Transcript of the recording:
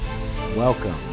Welcome